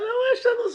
אבל הם, יש להם זמן.